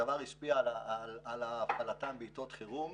הדבר השפיע על ההפעלה בעתות חירום.